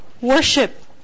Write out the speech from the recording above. worship